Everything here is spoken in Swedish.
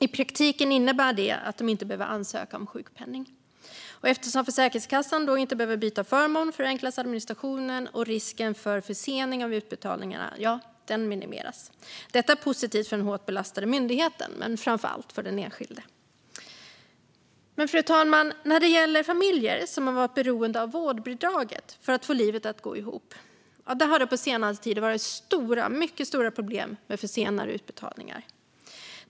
I praktiken innebär det att de inte behöver ansöka om sjukpenning. Eftersom Försäkringskassan då inte behöver byta förmån förenklas administrationen, och risken för försening av utbetalningarna minimeras. Detta är positivt för den hårt belastade myndigheten men framför allt för den enskilde. Fru talman! När det gäller familjer som har varit beroende av vårdbidraget för att få livet att gå ihop har det på senare tid varit mycket stora problem med försenade utbetalningar.